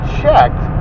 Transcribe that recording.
checked